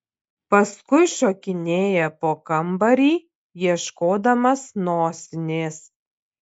paskui šokinėja po kambarį ieškodamas nosinės